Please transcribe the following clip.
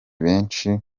benshi